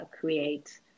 create